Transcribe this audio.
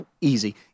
easy